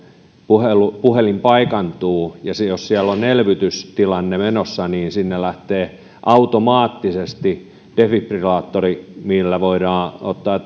puhelin puhelin paikantuu ja jos siellä on elvytystilanne menossa niin sinne lähtee automaattisesti defibrillaattori millä voidaan ottaa